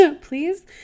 please